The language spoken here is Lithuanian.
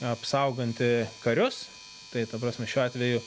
apsaugantį karius tai ta prasme šiuo atveju